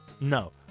no